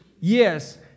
yes